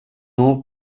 nom